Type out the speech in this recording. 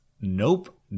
Nope